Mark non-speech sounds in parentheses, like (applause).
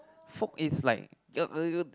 folk is like (noise)